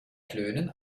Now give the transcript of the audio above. klönen